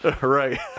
Right